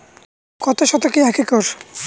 কত শতকে এক একর?